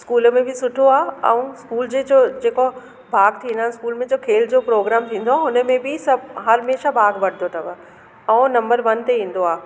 school में बि सुठो आहे ऐं स्कूल जे जो जेका भाग थींदा आहिनि स्कूल में जो खेल जो प्रोग्राम थींदो हुनमें बि सभु हमेशह भाग वठिंदो अथव ऐं नंबर वन ते ईंदो आहे